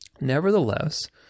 Nevertheless